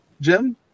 Jim